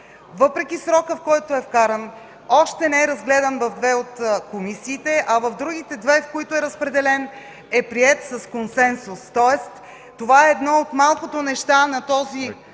въпреки срока, в който е вкаран, още не е разгледан в две от комисиите, а в другите две, на които е разпределен, е приет с консенсус. Следователно това е едно от малките неща от